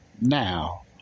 now